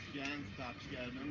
thanks god